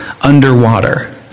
underwater